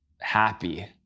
happy